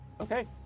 okay